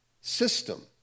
system